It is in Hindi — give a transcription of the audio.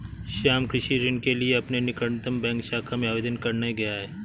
श्याम कृषि ऋण के लिए अपने निकटतम बैंक शाखा में आवेदन करने गया है